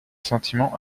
sentiments